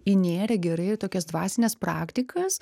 įnėrę gerai į tokias dvasines praktikas